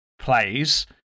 plays